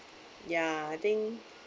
ya I think